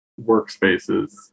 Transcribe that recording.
workspaces